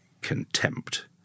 contempt